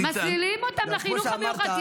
מסלילים אותם לחינוך המיוחד.